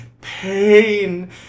pain